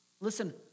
listen